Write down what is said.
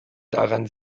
daran